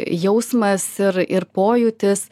jausmas ir ir pojūtis